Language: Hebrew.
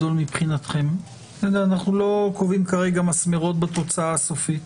נכון, אנחנו כוללים שם גם עניין נפשי,